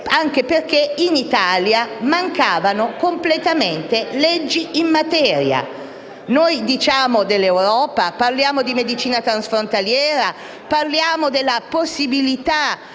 anche perché in Italia mancavano completamente leggi in materia. Noi parliamo dell'Europa, di medicina transfrontaliera, della possibilità